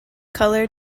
color